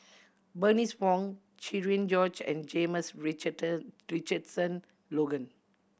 Bernice Wong Cherian George and James Richardson Logan